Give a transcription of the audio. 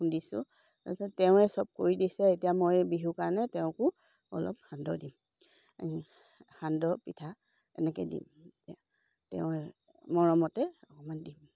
খুন্দিছোঁ তাৰপিছত তেওঁৱে চব কৰি দিছে এতিয়া মই বিহুৰ কাৰণে তেওঁকো অলপ সান্দহ দিম সান্দহ পিঠা এনেকৈ দিম তেওঁ মৰমতে মই দিম